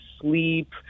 sleep